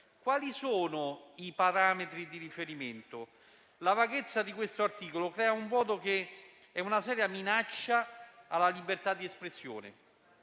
Quali sono i parametri di riferimento? La vaghezza di questo articolo crea un vuoto che è una seria minaccia alla libertà di espressione.